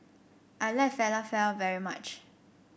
I like Falafel very much